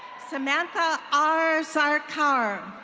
samantha r sarkar.